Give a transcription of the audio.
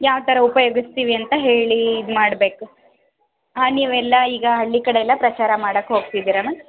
ಯಾವ ಥರ ಉಪಯೋಗಿಸ್ತೀವಿ ಅಂತ ಹೇಳಿ ಇದು ಮಾಡಬೇಕು ಹಾಂ ನೀವೆಲ್ಲ ಈಗ ಹಳ್ಳಿ ಕಡೆ ಎಲ್ಲ ಪ್ರಚಾರ ಮಾಡಕ್ಕೆ ಹೋಗ್ತಿದ್ದೀರಾ ಮ್ಯಾಮ್